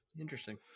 Interesting